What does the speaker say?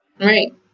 right